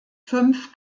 fünf